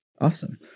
Awesome